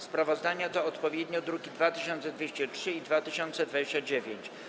Sprawozdania to odpowiednio druki nr 2203 i 2029.